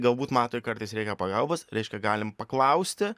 galbūt matui kartais reikia pagalbos reiškia galim paklausti